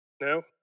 No